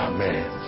Amen